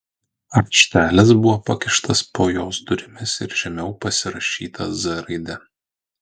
raštelis buvo pakištas po jos durimis ir žemiau pasirašyta z raide